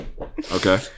Okay